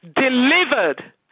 delivered